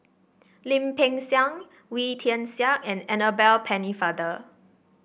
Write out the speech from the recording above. Lim Peng Siang Wee Tian Siak and Annabel Pennefather